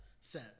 set